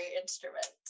instruments